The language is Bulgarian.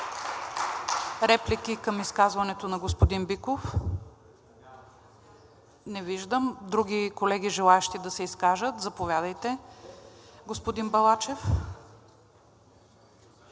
Реплики към изказването на господин Биков? Не виждам. Други колеги, желаещи да се изкажат? Заповядайте, господин Балачев.